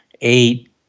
eight